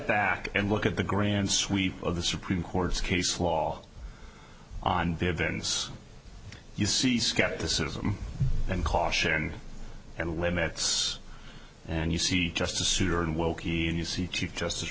back and look at the grand sweep of the supreme court's case law on the events you see skepticism and caution and limits and you see justice souter and wilkie and you see chief justice